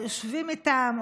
יושבים איתם,